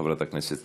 חברת הכנסת